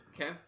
okay